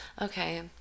okay